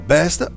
Best